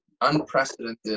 unprecedented